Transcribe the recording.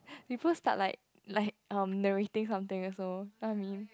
we first thought like like um narrating something also you know what I mean